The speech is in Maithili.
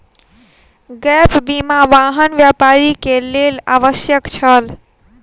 गैप बीमा, वाहन व्यापारी के लेल आवश्यक छल